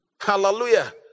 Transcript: Hallelujah